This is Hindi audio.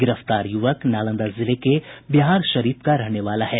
गिरफ्तार युवक नालंदा जिले के बिहारशरीफ का रहने वाला है